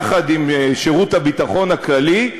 יחד עם שירות הביטחון הכללי.